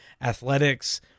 athletics